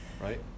Right